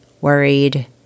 worried